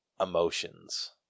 emotions